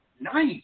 Nice